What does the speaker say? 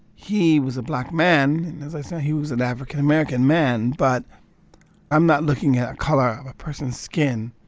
he was a black man. as i said, he was an african-american man. but i'm not looking at a color of a person's skin